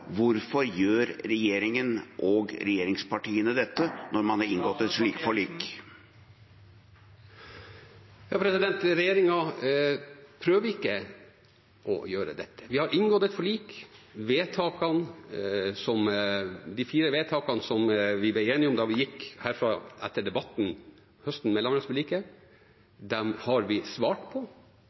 Hvorfor gjør regjeringen og regjeringspartiene dette, når man har inngått et slikt forlik? Regjeringen prøver ikke å gjøre dette. Vi har inngått et forlik, de fire vedtakene som vi ble enige om da vi gikk herfra etter debatten om landmaktforliket den høsten, har vi svart på.